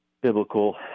biblical